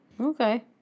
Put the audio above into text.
Okay